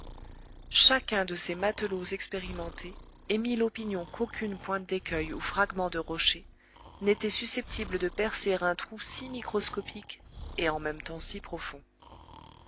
chacun de ces matelots expérimentés émit l'opinion qu'aucune pointe d'écueil ou fragment de rocher n'était susceptible de percer un trou si microscopique et en même temps si profond